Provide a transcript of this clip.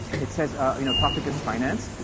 it says ah you know topic is finance.